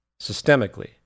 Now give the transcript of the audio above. systemically